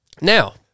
Now